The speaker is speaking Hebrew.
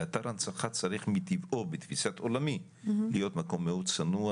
באתר הנצחה צריך מטבעו בתפיסת עולמי להיות מקום מאוד צנוע,